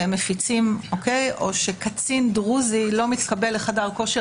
או שקצין דרוזי לא מתקבל לחדר כושר